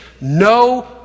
no